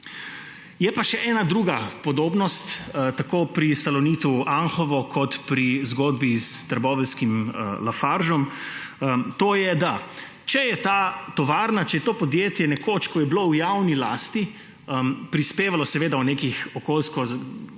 Je pa še ena druga podobnost, tako pri Salonitu Anhovo kot pri zgodbi s trboveljskim Lafargom. To je, da če je ta tovarna, če je to podjetje nekoč, ko je bilo v javni lasti, prispevalo v nekih okoljsko